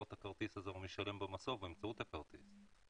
את הכרטיס הזה ומשלם במסוף באמצעות הכרטיס.